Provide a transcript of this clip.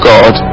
God